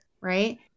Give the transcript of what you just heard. Right